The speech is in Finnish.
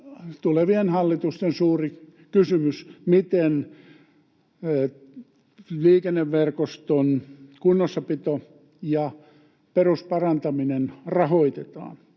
tulevien hallitusten suuri kysymys, miten liikenneverkoston kunnossapito ja perusparantaminen rahoitetaan.